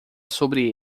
sobre